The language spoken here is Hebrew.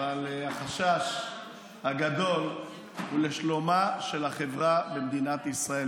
אבל החשש הגדול הוא לשלומה של החברה במדינת ישראל.